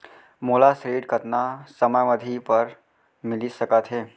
मोला ऋण कतना समयावधि भर मिलिस सकत हे?